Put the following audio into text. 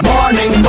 Morning